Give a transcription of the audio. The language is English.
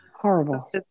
Horrible